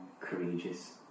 Courageous